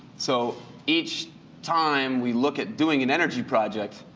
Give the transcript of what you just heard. so each time we look at doing an energy projects,